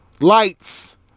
lights